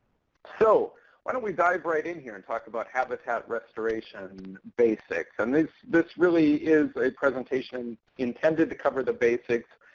so why don't we dive right in here and talk about habitat restoration basics? and this this really is a presentation intended to cover the basics.